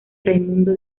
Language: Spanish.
raimundo